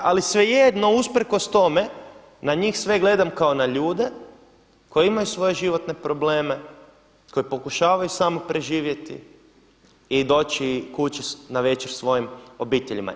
Ali svejedno usprkos tome na njih sve gledam kao na ljude koji imaju svoje životne probleme, koji pokušavaju samo preživjeti i doći kući navečer svojim obiteljima.